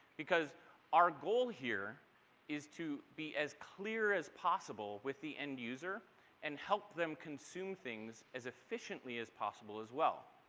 our goal here is to be as clear as possible with the end user and help them consume things as officially as possible as well.